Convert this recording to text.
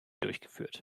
durchgeführt